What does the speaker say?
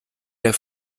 der